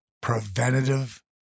preventative